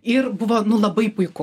ir buvo nu labai puiku